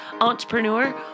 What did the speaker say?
Entrepreneur